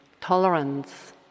tolerance